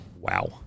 wow